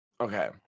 Okay